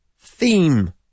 theme